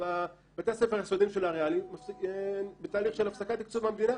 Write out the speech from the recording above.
בתי הספר היסודיים של הריאלי בתהליך של הפסקת תקצוב מהמדינה.